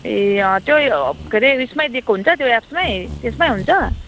ए अँ त्यो के अरे उयोसमै दिएको हुन्छ त्यो एप्समै त्यसमै हुन्छ